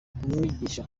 umwigisha